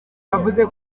yavuze